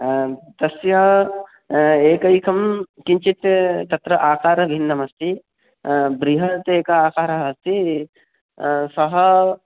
आं तस्य एकैकं किञ्चित् तत्र आकारः भिन्नमस्ति बृहत् एकः आकारः अस्ति सः